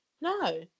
no